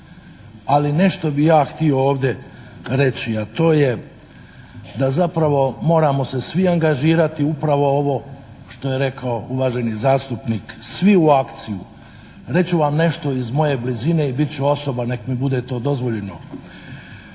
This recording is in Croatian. ali nešto bih ja htio ovdje reći, a to je da zapravo moramo se svi angažirati upravo ovo što je rekao uvaženi zastupnik, svi u akciju. Reći ću vam nešto iz moje blizine i bit ću osoban, nek' mi bude to dozvoljeno.